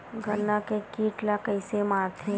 गन्ना के कीट ला कइसे मारथे?